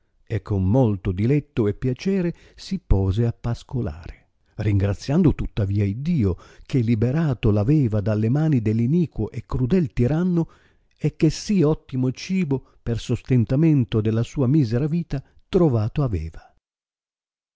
e con molto diletto e piacere si pose a pascolare ringraziando tuttavia iddio che liberato r aveva dalle mani dell iniquo e crudel tiranno e che sì ottimo cibo per sostentamento della sua misera vita trovato aveva